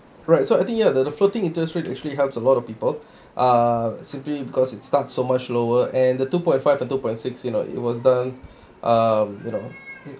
alright so I think ya the floating interest rate actually helps a lot of people uh simply because it starts so much lower and the two point five and two point six you know it was done um you know